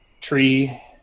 tree